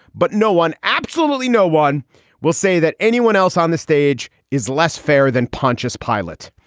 but no one absolutely no one will say that anyone else on the stage is less fair than pontius pilot.